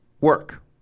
work